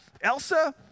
Elsa